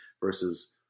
versus